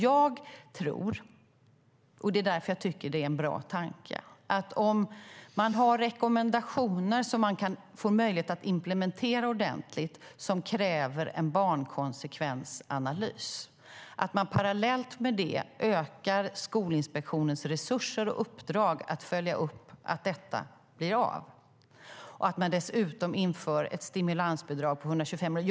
Jag tror - och det är därför jag tycker att det är en bra tanke - att om man har rekommendationer som man kan få möjlighet att implementera ordentligt och som kräver en barnkonsekvensanalys kan man parallellt med detta öka Skolinspektionens resurser och uppdrag att följa upp att detta blir av. Dessutom inför man ett stimulansbidrag på 125 miljoner.